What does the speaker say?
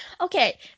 okay